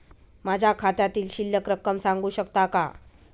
माझ्या खात्यातील शिल्लक रक्कम सांगू शकता का?